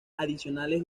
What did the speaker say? adicionales